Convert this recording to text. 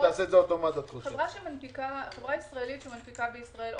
חברה ישראלית שמנפיקה בישראלית או